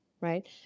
right